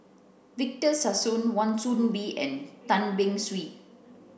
Victor Sassoon Wan Soon Bee and Tan Beng Swee